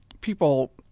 people